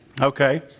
Okay